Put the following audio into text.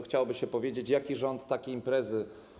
Chciałoby się powiedzieć: jaki rząd, takie imprezy.